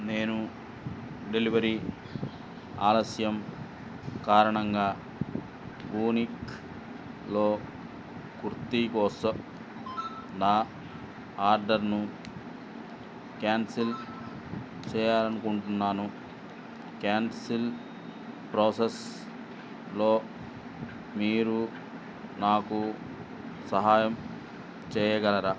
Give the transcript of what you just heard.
నేను డెలివరీ ఆలస్యం కారణంగా ఫోనిక్లో కుర్తీ కోసం నా ఆర్డర్ను క్యాన్సిల్ చెయ్యాలి అనుకుంటున్నాను క్యాన్సిల్ ప్రోసెస్లో మీరు నాకు సహాయం చెయ్యగలరా